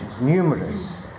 Numerous